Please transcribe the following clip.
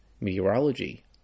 meteorology